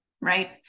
right